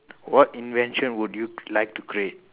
what invention would you like to create